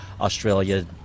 Australia